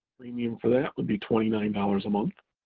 premium for that would be twenty nine dollars a month.